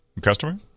customer